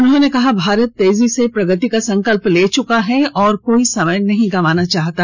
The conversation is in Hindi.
उन्होंने कहा भारत तेजी से प्रगति का संकल्प ले चुका है और कोई समय नहीं गंवाना चाहता